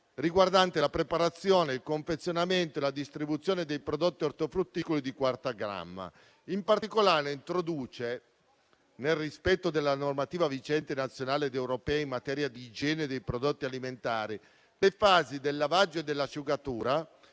riguardante la preparazione, il confezionamento e la distribuzione dei prodotti ortofrutticoli di quarta gamma. In particolare, introduce, nel rispetto della normativa vigente nazionale ed europea in materia di igiene dei prodotti alimentari, la previsione che le fasi del lavaggio e dell'asciugatura